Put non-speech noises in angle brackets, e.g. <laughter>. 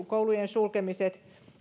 <unintelligible> koulujen sulkemiset